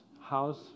house